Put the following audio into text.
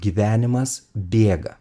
gyvenimas bėga